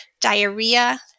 diarrhea